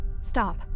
Stop